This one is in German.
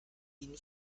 ihnen